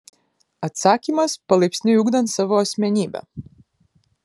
atsakymas palaipsniui ugdant savo asmenybę